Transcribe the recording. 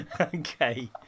Okay